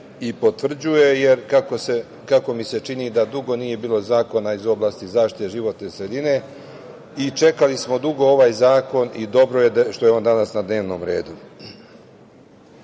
i potvrđuje jer kako mi se čini da dugo nije bilo zakona iz oblasti zaštite životne sredine i čekali smo dugo ovaj zakon i dobro je što je on danas na dnevnom